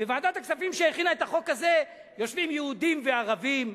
בוועדת הכספים שהכינה את החוק הזה יושבים יהודים וערבים,